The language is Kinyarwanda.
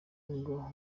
ngo